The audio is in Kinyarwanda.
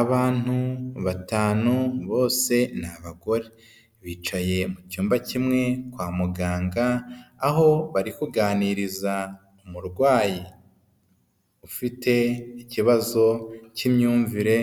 Abantu batanu bose ni abagore bicaye mu cyumba kimwe kwa muganga aho bari kuganiriza umurwayi ufite ikibazo cy'imyumvire